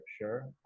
sure